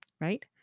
right